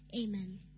Amen